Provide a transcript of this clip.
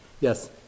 Yes